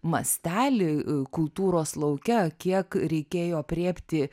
mastelį kultūros lauke kiek reikėjo aprėpti